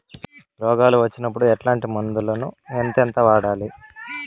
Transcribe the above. రోగాలు వచ్చినప్పుడు ఎట్లాంటి మందులను ఎంతెంత వాడాలి?